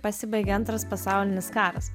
pasibaigė antras pasaulinis karas